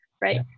right